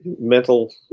mental